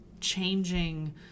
changing